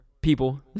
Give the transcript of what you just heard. people